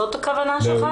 זאת הכוונה שלך?